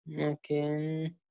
Okay